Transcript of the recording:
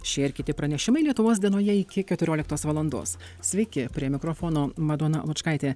šie ir kiti pranešimai lietuvos dienoje iki ketusioliktos valandos sveiki prie mikrofono madona lučkaitė